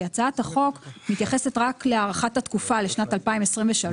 כי הצעת החוק מתייחסת רק להארכת התקופה לשנת 2023,